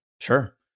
Sure